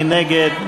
מי נגד?